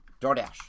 DoorDash